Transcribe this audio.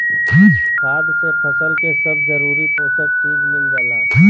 खाद से फसल के सब जरूरी पोषक चीज मिल जाला